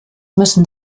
müssen